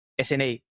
sna